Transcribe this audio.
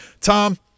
Tom